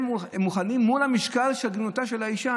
הם לא מוכנים, מול משקל עגינותה של האישה?